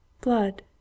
Blood